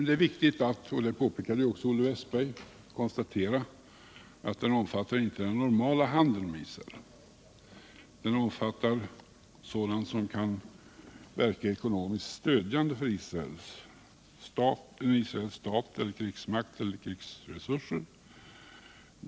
Det är viktigt att konstatera — det påpekade också Olle Wästberg — att den inte omfattar den normala handeln med Israel, utan sådant som kan verka ekonomiskt stödjande för staten Israel, dess krigsmakt eller dess krigsresurser.